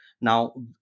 Now